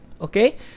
okay